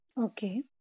Okay